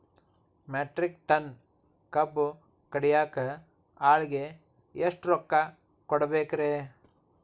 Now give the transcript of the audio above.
Metric ton ಕಬ್ಬು ಕಡಿಯಾಕ ಆಳಿಗೆ ಎಷ್ಟ ರೊಕ್ಕ ಕೊಡಬೇಕ್ರೇ?